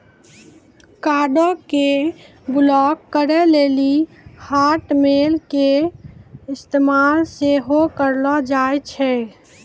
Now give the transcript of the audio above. कार्डो के ब्लाक करे लेली हाटमेल के इस्तेमाल सेहो करलो जाय छै